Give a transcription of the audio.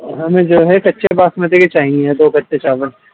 ہمیں جو ہے کچے باسمتی کی چاہیے ہیں دو کٹے چاول